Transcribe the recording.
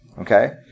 okay